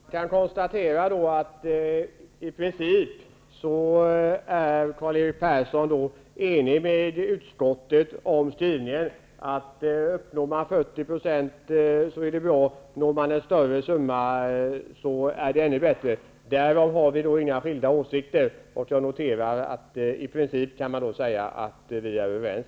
Herr talman! Jag kan konstatera att Karl-Erik Persson i princip är överens med utskottet om skrivningen: Uppnår man 40 % är det bra, uppnår man en större andel är det ännu bättre. Därom har vi då inga skilda åsikter. Jag noterar att man då kan säga att vi i princip är överens.